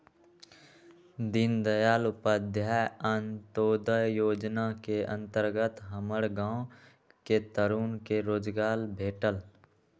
दीनदयाल उपाध्याय अंत्योदय जोजना के अंतर्गत हमर गांव के तरुन के रोजगार भेटल